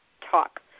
talk